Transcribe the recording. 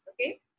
Okay